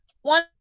one